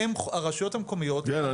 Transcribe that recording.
הם, הרשויות המקומיות --- כן.